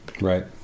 Right